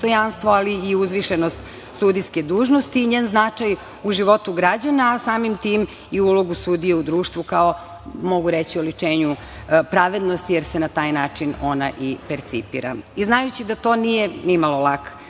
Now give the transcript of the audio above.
ali i uzvišenost sudijske dužnosti i njen značaj u životu građana, a samim tim i ulogu sudije u društvu kao, mogu reći, oličenju pravednosti, jer se na taj način ona i percipira. Znajući da to nije ni malo lak